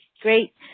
Great